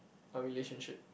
our relationship